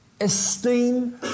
esteem